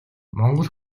монгол